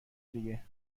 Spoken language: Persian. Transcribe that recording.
دیگه